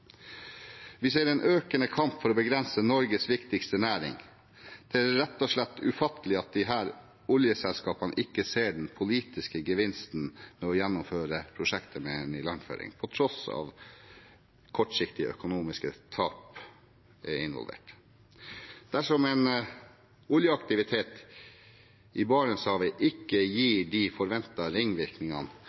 Vi ser en økende kamp for å begrense Norges viktigste næring. Det er rett og slett ufattelig at disse oljeselskapene ikke ser den politiske gevinsten av å gjennomføre prosjektet med en ilandføring på tross av at kortsiktige økonomiske tap er involvert. Dersom en oljeaktivitet i Barentshavet ikke gir de forventede ringvirkningene,